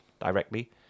directly